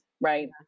right